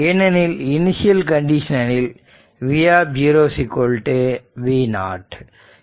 ஏனெனில் இனிஷியல் கண்டிஷனில் v V0